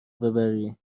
ببری